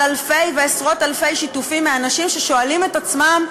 על אלפי ועשרות-אלפי שיתופים מאנשים ששואלים את עצמם: